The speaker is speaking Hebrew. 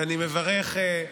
ואני מברך,